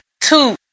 two